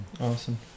Awesome